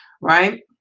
right